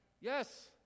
Yes